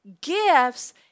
gifts